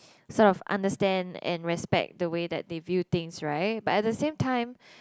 sort of understand and respect the way that they view things right but at the same time